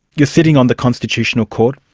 you're sitting on the constitutional court,